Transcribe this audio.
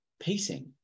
pacing